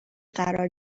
قرار